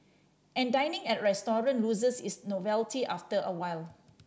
and dining at a restaurant loses its novelty after a while